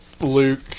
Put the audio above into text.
Luke